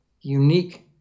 unique